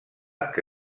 que